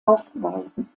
aufweisen